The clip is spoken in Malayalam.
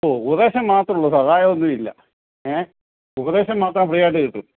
ഓ ഉപദേശം മാത്രമേ ഉള്ളൂ സഹായം ഒന്നുമില്ല ഏ ഉപദേശം മാത്രം ഫ്രീ ആയിട്ട് കിട്ടും